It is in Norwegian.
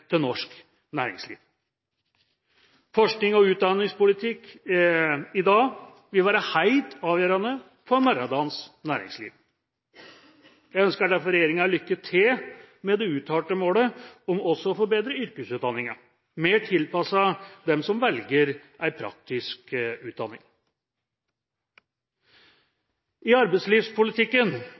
til norsk næringsliv. Forsknings- og utdanningspolitikken i dag vil være helt avgjørende for morgendagens næringsliv. Jeg ønsker derfor regjeringa lykke til med det uttalte målet om også å forbedre yrkesutdanninga, til å bli mer tilpasset dem som velger en praktisk utdanning. I arbeidslivspolitikken